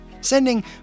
Sending